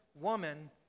woman